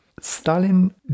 Stalin